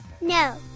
No